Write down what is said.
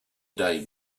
day